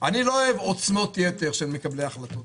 - אני לא אוהב עוצמות יתר של מקבלי החלטות.